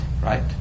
right